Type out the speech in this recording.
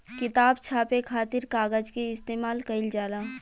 किताब छापे खातिर कागज के इस्तेमाल कईल जाला